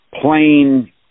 plain